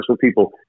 people